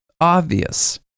obvious